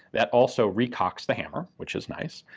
that also re-cocks the hammer which is nice.